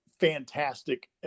fantastic